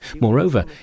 Moreover